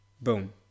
boom